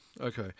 Okay